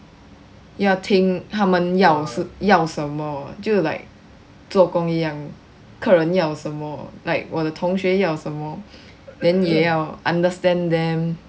要听他们要要什么就 like 做工一样客人要什么 like 我的同学要什么 then 也要 understand them